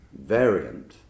variant